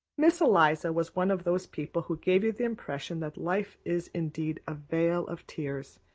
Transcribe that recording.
miss eliza was one of those people who give you the impression that life is indeed a vale of tears,